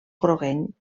groguenc